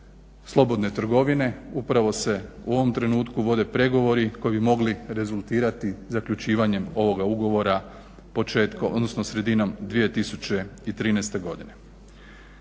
slobodne trgovine. Upravo se u ovom trenutku vode pregovori koji bi mogli rezultirati zaključivanjem ovoga ugovora, početkom, odnosno